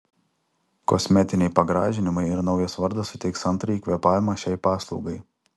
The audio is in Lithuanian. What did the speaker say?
kosmetiniai pagražinimai ir naujas vardas suteiks antrąjį kvėpavimą šiai paslaugai